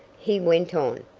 he went on,